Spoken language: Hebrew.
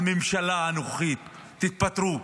הממשלה הנוכחית, תתפטרו.